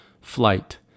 flight